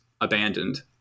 abandoned